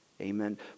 Amen